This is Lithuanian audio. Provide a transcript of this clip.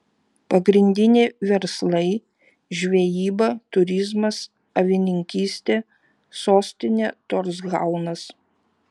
pagrindiniai verslai žvejyba turizmas avininkystė sostinė torshaunas